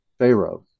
pharaoh